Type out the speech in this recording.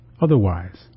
otherwise